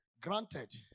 granted